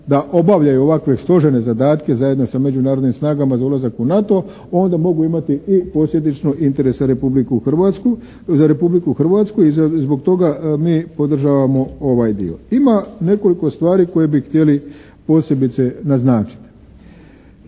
da obavljaju ovakve složene zadatke zajedno sa međunarodnim snagama za ulazak u NATO onda mogu imati i posljedično interes za Republiku Hrvatsku. I zbog toga mi podržavamo ovaj dio. Ima nekoliko stvari koje bi htjeli posebice naznačiti.